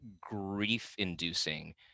grief-inducing